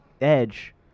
edge